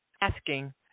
asking